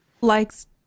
likes